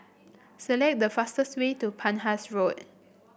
select the fastest way to Penhas Road